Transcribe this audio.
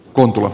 kontula